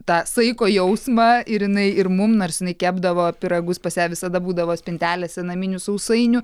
tą saiko jausmą ir jinai ir mum nors jinai kepdavo pyragus pas ją visada būdavo spintelėse naminių sausainių